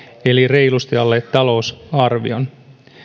eli reilusti alle talousarvion